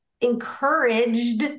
encouraged